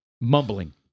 mumbling